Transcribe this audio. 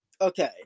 okay